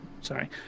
sorry